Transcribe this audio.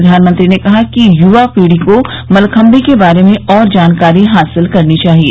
प्रधानमंत्री ने कहा कि य्वा पीढ़ी को मलखम्बी के बारे में और जानकारी हासिल करनी चाहिए